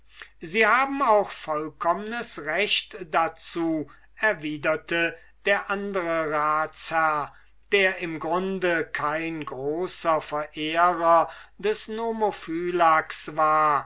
sie haben auch vollkommnes recht dazu erwiderte der andre ratsherr der im grunde kein großer verehrer des nomophylax war